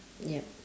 yup